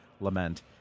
lament